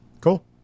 Cool